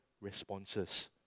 responses